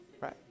Right